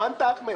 האמנת, אחמד?